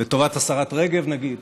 לטובת השרה רגב נגיד: